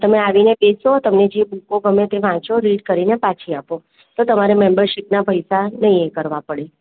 તમે આવીને બેસો તમને જે બૂકો ગમે તે વાંચો રીડ કરીને પાછી આપો તો તમારે મેંબરશિપના પૈસા નહીં ભરવા પડે